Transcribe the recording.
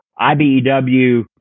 IBEW